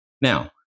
Now